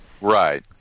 Right